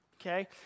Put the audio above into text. okay